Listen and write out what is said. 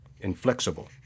inflexible